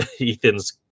Ethan's